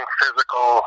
physical